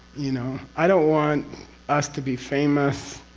you know? i don't want us to be famous.